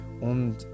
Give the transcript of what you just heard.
Und